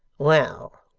well!